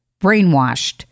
brainwashed